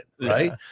right